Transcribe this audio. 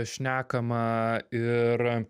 šnekama ir